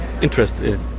interested